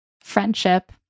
Friendship